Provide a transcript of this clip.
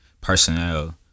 personnel